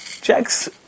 Jack's